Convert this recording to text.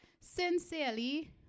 Sincerely